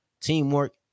teamwork